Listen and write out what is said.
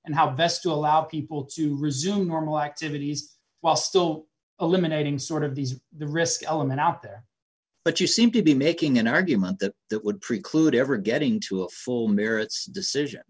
and how best to allow people to resume normal activities while still eliminating sort of these the risk element out there but you seem to be making an argument that that would preclude ever getting to a full merits decision